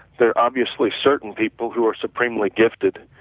there are obviously certain people who're supremely gifted,